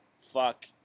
fuck